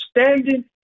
standing